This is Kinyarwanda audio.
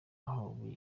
aho